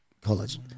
college